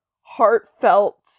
heartfelt